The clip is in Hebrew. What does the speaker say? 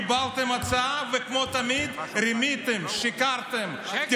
קיבלתם הצעה, וכמו תמיד רימיתם, שיקרתם, שקר.